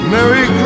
Merry